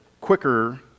quicker